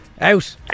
Out